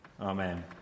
Amen